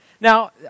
Now